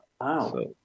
Wow